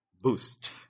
boost